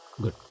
Good